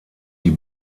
die